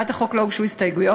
להצעת החוק לא הוגשו הסתייגויות.